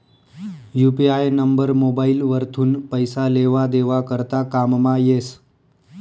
UPI number mobile वरथून पैसा लेवा देवा करता कामंमा येस